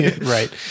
right